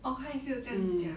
orh 他也是有这样讲